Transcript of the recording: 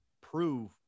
prove